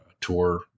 tour